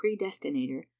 predestinator